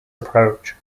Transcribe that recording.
approach